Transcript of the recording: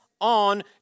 on